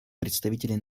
представителей